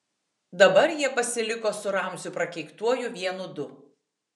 dabar jie pasiliko su ramziu prakeiktuoju vienu du